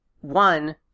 one